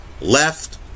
left